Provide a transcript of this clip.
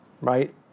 right